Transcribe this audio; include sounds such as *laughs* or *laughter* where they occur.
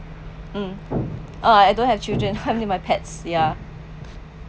mm ah I don't have children *laughs* only my pets yeah